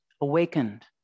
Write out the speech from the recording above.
Awakened